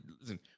Listen